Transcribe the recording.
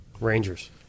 Rangers